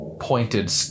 pointed